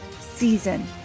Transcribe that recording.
season